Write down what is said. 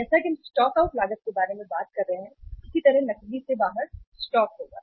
जैसा कि हम स्टॉक आउट लागत के बारे में बात कर रहे हैं कि उसी तरह नकदी से बाहर स्टॉक होगा